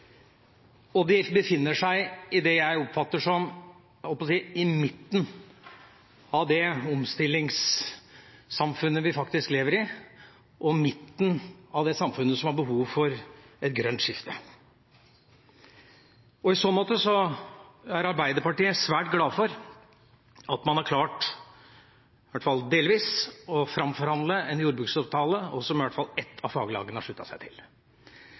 godt, de produserer nødvendige varer, og de befinner seg i det jeg oppfatter som midten av det omstillingssamfunnet vi faktisk lever i, og midten av det samfunnet som har behov for et grønt skifte. I så måte er Arbeiderpartiet svært glad for at man – i hvert fall delvis – har klart å framforhandle en jordbruksavtale som i hvert fall ett av faglagene har sluttet seg til.